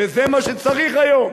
וזה מה שצריך היום,